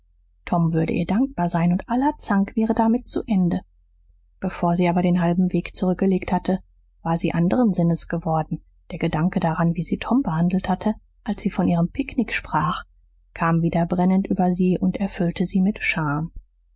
tom würde ihr dankbar sein und aller zank wäre damit zu ende bevor sie aber den halben weg zurückgelegt hatte war sie anderen sinnes geworden der gedanke daran wie sie tom behandelt hatte als sie von ihrem picknick sprach kam wieder brennend über sie und erfüllte sie mit scham